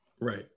Right